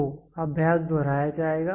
तो अभ्यास दोहराया जाएगा